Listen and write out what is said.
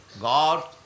God